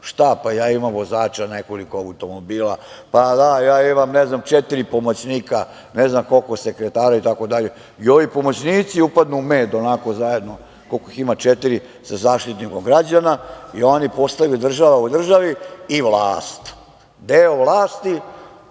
Šta, pa, ja imam vozača nekoliko automobila, pa, da, ja imam ne znam, četiri pomoćnika, ne znam koliko sekretara itd, i ovi pomoćnici upadnu u med, onako, zajedno, koliko ih ima, četiri sa Zaštitnikom građana, i oni postanu država u državi i vlast, deo vlasti